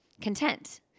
content